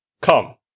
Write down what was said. come